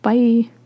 Bye